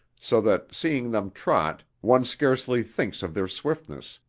so that seeing them trot, one scarcely thinks of their swiftness,